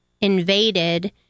invaded